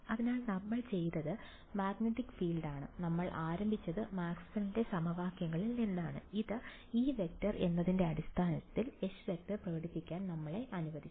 അതിനാൽ നമ്മൾ ചെയ്തത് മാഗ്നെറ്റിക് ഫീൽഡ് ആണ് നമ്മൾ ആരംഭിച്ചത് മാക്സ്വെല്ലിന്റെ സമവാക്യങ്ങളിൽ Maxwells equations നിന്നാണ് ഇത് E→ എന്നതിന്റെ അടിസ്ഥാനത്തിൽ H→ പ്രകടിപ്പിക്കാൻ നമ്മളെ അനുവദിച്ചു